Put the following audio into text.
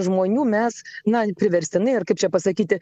žmonių mes na priverstinai ar kaip čia pasakyti